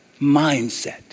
mindset